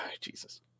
Jesus